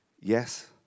Yes